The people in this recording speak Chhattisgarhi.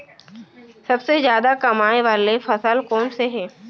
सबसे जादा कमाए वाले फसल कोन से हे?